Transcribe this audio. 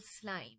slime